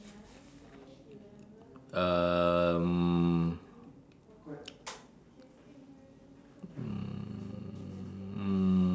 um mm